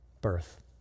Birth